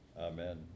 Amen